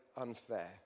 unfair